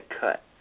cut